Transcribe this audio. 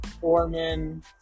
Foreman